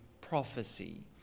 prophecy